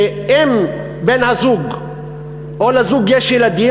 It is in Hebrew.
שאם בן-הזוג או לזוג יש ילדים,